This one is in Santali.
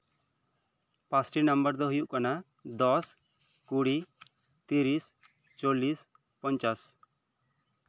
ᱯᱟᱸᱪᱴᱤ ᱱᱟᱢᱵᱟᱨ ᱫᱚ ᱦᱩᱭᱩᱜ ᱠᱟᱱᱟ ᱫᱚᱥ ᱠᱩᱲᱤ ᱛᱤᱨᱤᱥ ᱪᱚᱞᱞᱤᱥ ᱯᱚᱧᱪᱟᱥ